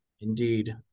Indeed